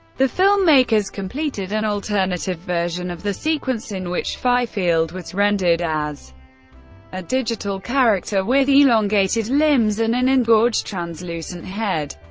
the filmmakers completed an alternative version of the sequence, in which fifield was rendered as a digital character character with elongated limbs and an engorged, translucent head,